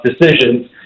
decisions